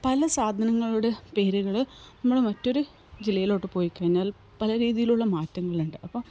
പല സാധനങ്ങളുടെ പേരുകള് നമ്മള് മറ്റൊരു ജില്ലയിലോട്ട് പോയിക്കഴിഞ്ഞാൽ പല രീതിലുള്ള മാറ്റങ്ങളുണ്ട് അപ്പം